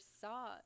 saw